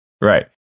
Right